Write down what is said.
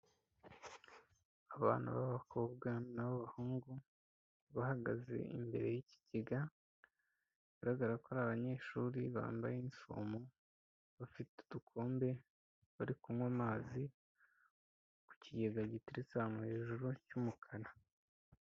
Abana b'abakobwa n'ab'abahungu bahagaze imbere y'ikigega, bigaragara ko ari abanyeshuri bambaye inifomo, bafite udukombe bari kunywa amaziku kigega giteretse hejuru cy'umukara.